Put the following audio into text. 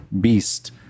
beast